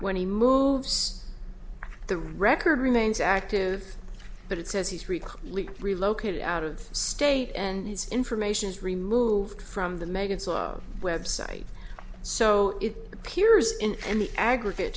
when he moves the record remains active but it says he's legal relocated out of state and his information is removed from the megan's law website so it appears in the aggregate